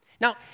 Now